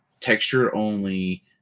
texture-only